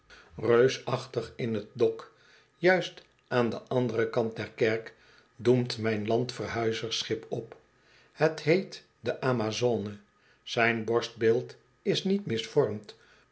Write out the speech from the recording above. reusachtig in t dok juist aan den anderen kant der kerk doemt mijn landverhuizersschip op het heet de amazone zijn borstbeeld is niet misvormd